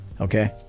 Okay